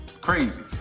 Crazy